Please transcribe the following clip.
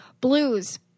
Blues